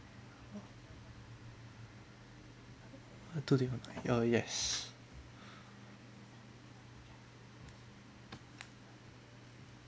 ah two different ya yes